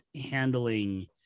handling